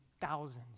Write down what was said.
thousands